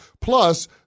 Plus